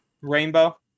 Rainbow